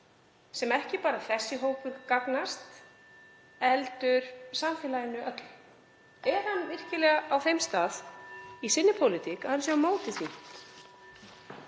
ekki bara þessum hópi heldur samfélaginu öllu. Er hann virkilega á þeim stað í sinni pólitík að hann sé á móti því?